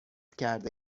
کرده